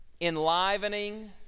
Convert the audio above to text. enlivening